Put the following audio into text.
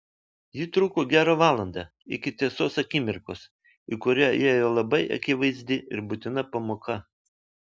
ji truko gerą valandą iki tiesos akimirkos į kurią įėjo labai akivaizdi ir būtina pamoka